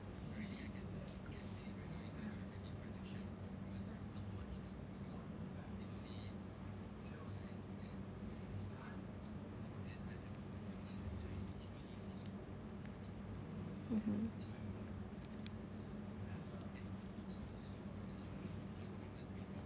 mmhmm